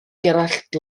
gerallt